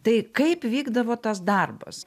tai kaip vykdavo tas darbas